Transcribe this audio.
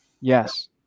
yes